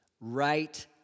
right